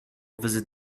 visit